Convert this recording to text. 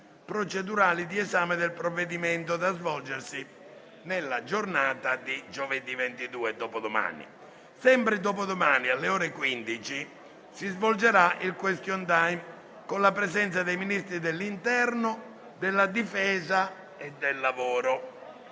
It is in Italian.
procedurali di esame del provvedimento, da svolgersi nella giornata di giovedì 22. Sempre nella giornata di giovedì 22, alle ore 15, si svolgerà il *question time*, con la presenza dei Ministri dell'interno, della difesa e del lavoro.